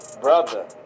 Brother